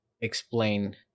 explain